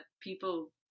people